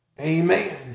Amen